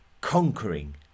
conquering